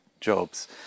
jobs